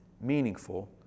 Meaningful